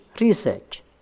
research